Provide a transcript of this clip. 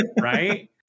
Right